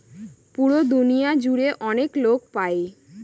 পুরো দুনিয়া জুড়ে অনেক লোক পাই